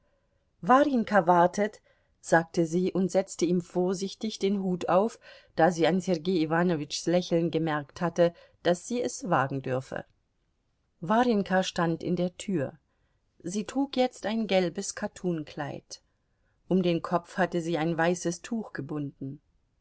warjenka wartet sagte sie und setzte ihm vorsichtig den hut auf da sie an sergei iwanowitschs lächeln gemerkt hatte daß sie es wagen dürfe warjenka stand in der tür sie trug jetzt ein gelbes kattunkleid um den kopf hatte sie ein weißes tuch gebunden